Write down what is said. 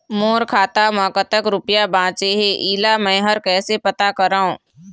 मोर खाता म कतक रुपया बांचे हे, इला मैं हर कैसे पता करों?